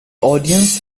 audience